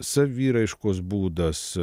saviraiškos būdas